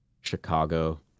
Chicago